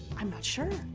i'm not sure.